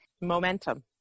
Momentum